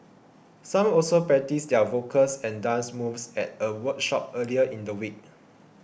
some also practised their vocals and dance moves at a workshop earlier in the week